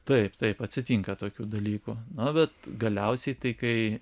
taip taip atsitinka tokių dalykų na bet galiausiai tai kai